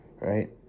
right